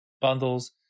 bundles